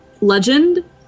Legend